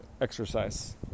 exercise